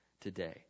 today